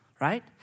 right